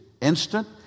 instant